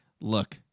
Look